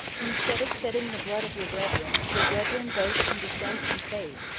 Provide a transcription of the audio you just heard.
instead of shedding the blood of your brethren, your brethren both in descent and faith,